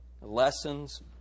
Lessons